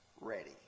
ready